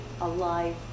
alive